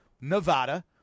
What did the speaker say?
Nevada